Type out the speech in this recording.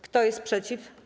Kto jest przeciw?